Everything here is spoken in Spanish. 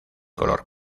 color